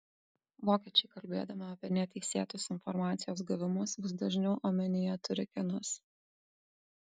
vokiečiai kalbėdami apie neteisėtus informacijos gavimus vis dažniau omenyje turi kinus